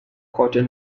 cotton